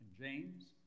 James